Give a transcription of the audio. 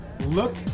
Look